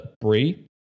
brie